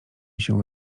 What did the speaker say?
się